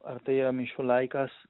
artėja mišių laikas